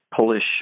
Polish